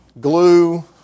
glue